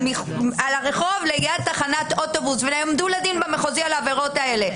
ברחוב ליד תחנת אוטובוס והועמדו לדין במחוזי על העבירות האלה.